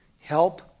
Help